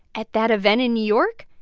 at that event in new york,